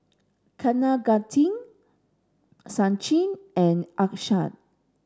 Kaneganti Sachin and Akshay